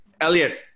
Elliot